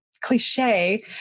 cliche